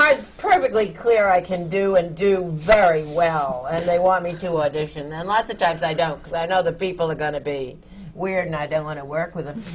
it's perfectly clear i can do and do very well, and they want me to audition, then lots of times i don't, because i know the people are going to be weird and i don't want to work with them.